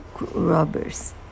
robbers